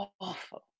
awful